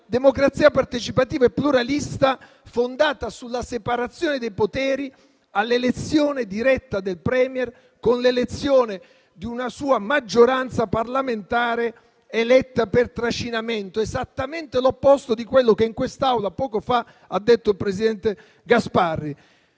democrazia partecipativa e pluralista, fondata sulla separazione dei poteri, all'elezione diretta del *Premier*, con l'elezione di una sua maggioranza parlamentare eletta per trascinamento; esattamente l'opposto di quello che in quest'Aula poco fa ha detto il presidente Gasparri.